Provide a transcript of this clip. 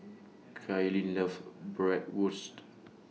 Kaitlyn loves Bratwurst